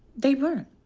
they weren't.